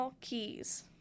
Keys